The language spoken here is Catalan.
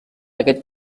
aquest